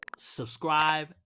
subscribe